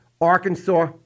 Arkansas